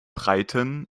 breiten